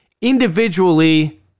Individually